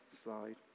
slide